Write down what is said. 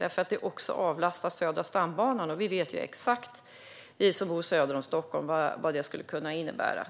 Den skulle också avlasta Södra stambanan, och vi som bor söder om Stockholm vet exakt vad detta skulle kunna innebära.